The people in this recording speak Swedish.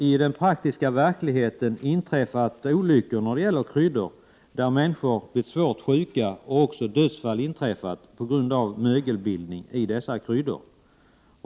I den praktiska verkligheten har det inträffat olyckor — människor har blivit svårt sjuka, och även dödsfall har inträffat på grund av mögelbildning i kryddor.